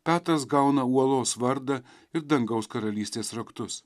petras gauna uolos vardą ir dangaus karalystės raktus